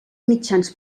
mitjans